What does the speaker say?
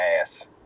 ass